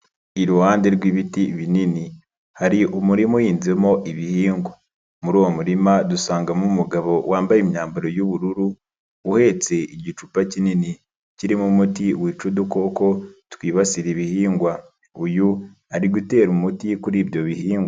Iruhande rw'ibiti binini hari umurima uhinzemo ibihingwa, muri uwo murima dusangamo umugabo wambaye imyambaro y'ubururu uhetse igicupa kinini kirimo umuti wica udukoko twibasira ibihingwa, uyu ari gutera umuti kuri ibyo bihingwa.